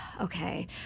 okay